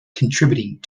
contributing